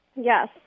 yes